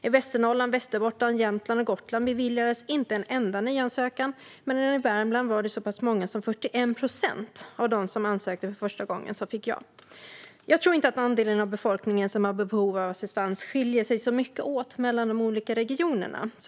I Västernorrland, Västerbotten, Jämtland och på Gotland beviljades inte en enda nyansökan medan det i Värmland var så pass många som 41 procent av dem som ansökte för första gången som fick ja. Jag tror inte att andelen av befolkningen som har behov av assistans skiljer sig så mycket åt mellan de olika regionerna.